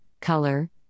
Color